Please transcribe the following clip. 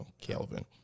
Kelvin